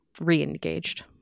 Re-engaged